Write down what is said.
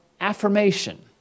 affirmation